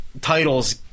titles